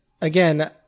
again